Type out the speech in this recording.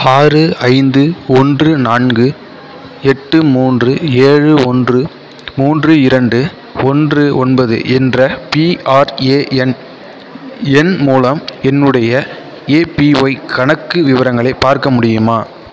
ஆறு ஐந்து ஒன்று நான்கு எட்டு மூன்று ஏழு ஒன்று மூன்று இரண்டு ஒன்று ஒன்பது என்ற பிஆர்ஏஎன் எண் மூலம் என்னுடைய ஏபிஒய் கணக்கு விவரங்களை பார்க்க முடியுமா